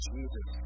Jesus